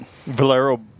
Valero